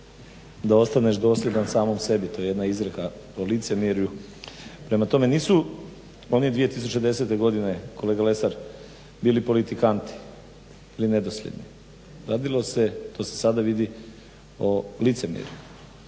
da ostaneš dosljedan samom sebi. To je jedna izreka …/Govornik se ne razumije./… Prema tome, nisu oni 2010. godine, kolega Lesar, bili politikanti ili nedosljedni. Radilo se to se sada vidi o licemjerju,